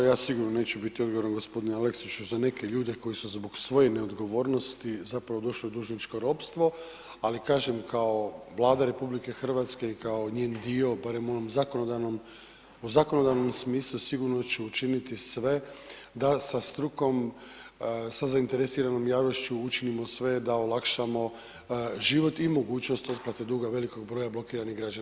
Ja sigurno neću biti odgovoran g. Aleksiću za neke ljude koji su zbog svoje neodgovornosti zapravo došli u dužničko ropstvo ali kažem, kao Vlada RH i kao njen dio, barem u onom zakonodavnom smislu, sigurno da ću učiniti sve da sa strukom, sa zainteresiranom javnošću, učinimo sve da olakšamo život i mogućnost otplate duga velikog broja blokiranih građana.